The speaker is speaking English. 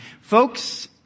Folks